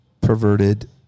perverted